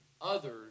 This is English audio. others